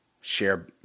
share